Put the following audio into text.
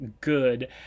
good